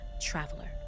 traveler